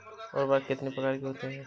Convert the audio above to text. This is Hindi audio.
उर्वरक कितनी प्रकार के होते हैं?